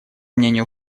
мнению